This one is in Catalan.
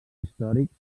històrics